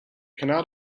cannot